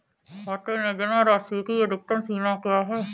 खाते में जमा राशि की अधिकतम सीमा क्या है?